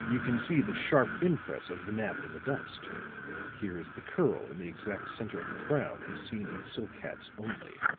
you can see the sharp impress of the nap in the dust here is the curl in the exact center of the crown as seen in silk hats only.